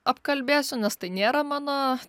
apkalbėsiu nes tai nėra mano